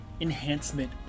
enhancement